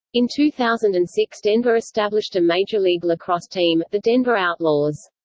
in two thousand and six denver established a major league lacrosse team, the denver outlaws.